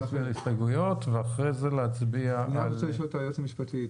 אני רוצה לשאול את היועץ המשפטי.